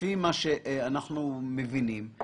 לפי מה שאנחנו מבינים,